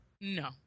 no